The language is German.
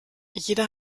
jeder